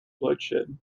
bloodshed